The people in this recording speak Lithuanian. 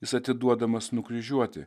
jis atiduodamas nukryžiuoti